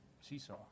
seesaw